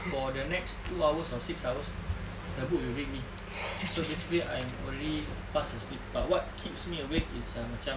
for the next two hours or six hours the book will read me so basically I'm already fast asleep but what keeps me awake is uh macam